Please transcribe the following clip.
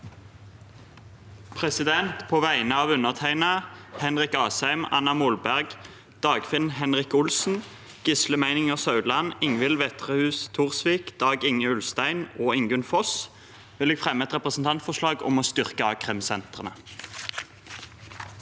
representantene Henrik Asheim, Anna Molberg, Dagfinn Henrik Olsen, Gisle Meininger Saudland, Ingvild Wetrhus Thorsvik, Dag-Inge Ulstein og Ingunn Foss vil jeg fremme et representantforslag om å styrke a-krimsentrene.